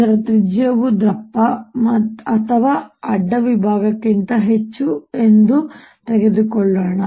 ಇದರ ತ್ರಿಜ್ಯವು ದಪ್ಪ ಅಥವಾ ಅಡ್ಡ ವಿಭಾಗಕ್ಕಿಂತ ಹೆಚ್ಚು ಹೆಚ್ಚು ಎಂದು ತೆಗೆದುಕೊಳ್ಳೋಣ